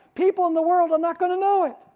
people in the world are not going to know it,